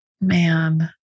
man